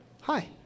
Hi